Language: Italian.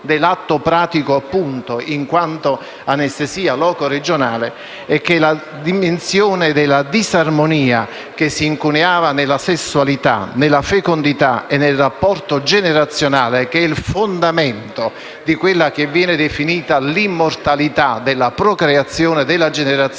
dell'atto pratico in quanto anestesia loco-regionale - è che la dimensione della disarmonia che si incuneava nella sessualità, nella fecondità e nel rapporto generazionale (il fondamento di quella che viene definita l'immortalità della procreazione e della generazione)